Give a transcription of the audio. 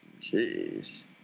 Jeez